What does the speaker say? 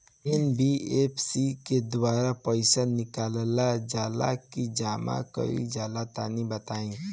NBFC के द्वारा पईसा निकालल जला की जमा कइल जला तनि बताई?